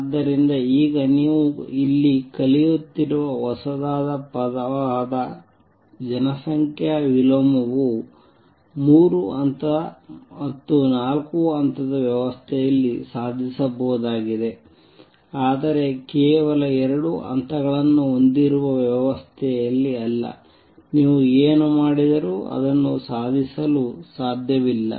ಆದ್ದರಿಂದ ಈಗ ನೀವು ಕಲಿಯುತ್ತಿರುವ ಹೊಸ ಪದವಾದ ಜನಸಂಖ್ಯಾ ವಿಲೋಮವು ಮೂರು ಹಂತದ ಅಥವಾ ನಾಲ್ಕು ಹಂತದ ವ್ಯವಸ್ಥೆಯಲ್ಲಿ ಸಾಧಿಸಬಹುದಾಗಿದೆ ಆದರೆ ಕೇವಲ ಎರಡು ಹಂತಗಳನ್ನು ಹೊಂದಿರುವ ವ್ಯವಸ್ಥೆಯಲ್ಲಿ ಅಲ್ಲ ನೀವು ಏನು ಮಾಡಿದರೂ ಅದನ್ನು ಸಾಧಿಸಲು ಸಾಧ್ಯವಿಲ್ಲ